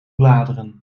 bladeren